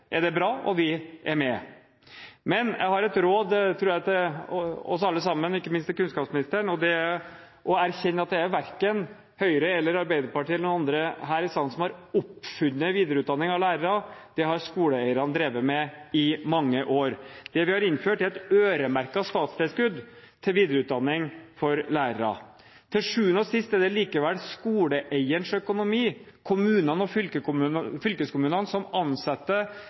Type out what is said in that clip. er det bra, og vi er med. Men jeg har et råd, tror jeg, til oss alle sammen – ikke minst til kunnskapsministeren – og det er å erkjenne at det er verken Høyre eller Arbeiderpartiet, eller noen andre her i salen, som har oppfunnet videreutdanning av lærere. Det har skoleeierne drevet med i mange år. Det vi har innført, er et øremerket statstilskudd til videreutdanning for lærere. Til sjuende og sist er det likevel skoleeierens økonomi – det er kommunene og fylkeskommunene som ansetter